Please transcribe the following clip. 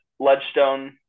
Ledgestone